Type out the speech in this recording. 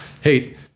hey